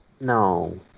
No